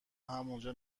همونجا